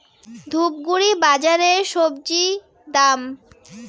ধূপগুড়ি বাজারের স্বজি দাম?